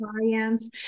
clients